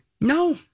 No